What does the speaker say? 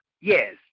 Yes